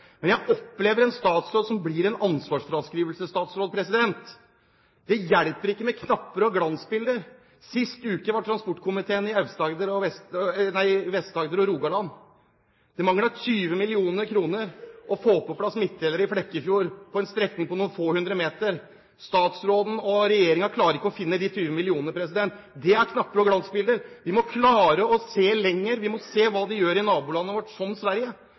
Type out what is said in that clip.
Men jeg opplever en statsråd som blir en ansvarsfraskrivelsesstatsråd. Det hjelper ikke med knapper og glansbilder. Sist uke var transportkomiteen i Vest-Agder og Rogaland. Det mangler 20 mill. kr for å få på plass midtdeler i Flekkefjord på en strekning på noen få hundre meter. Statsråden og regjeringen klarer ikke å finne de 20 millionene. Det er knapper og glansbilder. Vi må klare å se lenger. Vi må se hva de gjør i naboland som Sverige.